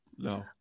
No